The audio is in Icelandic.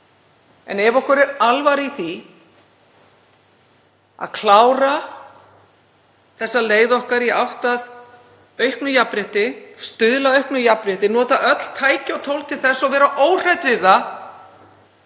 En ef okkur er alvara í því að klára þessa leið okkar í átt að auknu jafnrétti, stuðla að auknu jafnrétti, nota öll tæki og tól til þess og vera óhrædd við það,